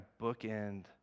bookend